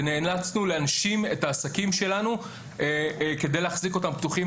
ונאלצנו להנשים את העסקים כדי להחזיק אותם פתוחים,